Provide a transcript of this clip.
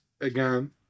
Again